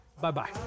Bye-bye